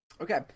Okay